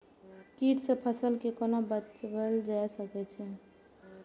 कीट से फसल के कोना बचावल जाय सकैछ?